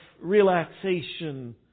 relaxation